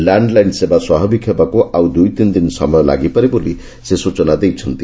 ଲ୍ୟାଖଲାଇନ୍ ସେବା ସ୍ୱାଭାବିକ ହେବାକୁ ଆଉ ଦୁଇତିନିଦିନ ସମୟ ଲାଗିପାରେ ବୋଲି ସେ ସୂଚନା ଦେଇଛନ୍ତି